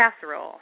casserole